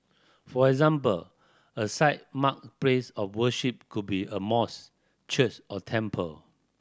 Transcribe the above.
for example a site marked place of worship could be a church or temple